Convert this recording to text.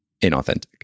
inauthentic